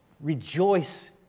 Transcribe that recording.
rejoice